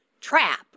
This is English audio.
trap